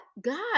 god